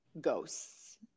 ghosts